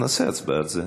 נצביע על זה.